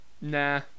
nah